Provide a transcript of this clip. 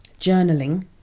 journaling